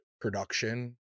production